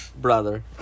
brother